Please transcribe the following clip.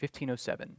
1507